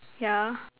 yeah